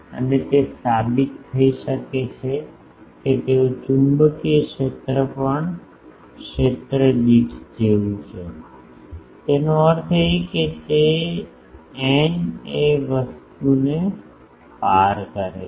અને તે સાબિત થઈ શકે છે કે તેઓ ચુંબકીય ક્ષેત્ર પણ ક્ષેત્ર દીઠ જેવું છે તેનો અર્થ એ છે કે તે n એ વસ્તુને પાર કરે છે